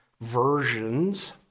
versions